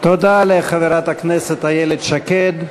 תודה לחברת הכנסת איילת שקד.